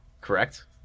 Correct